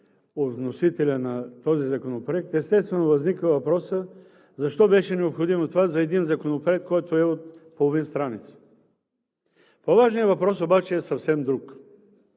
от вносителя на този законопроект, естествено възниква въпросът: защо това беше необходимо за един законопроект, който е от половин страница? По-важният въпрос обаче е съвсем друг.